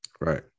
right